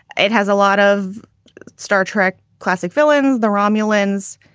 it has a lot of star trek classic villains, the romulans,